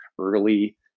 early